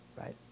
right